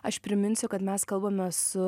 aš priminsiu kad mes kalbamės su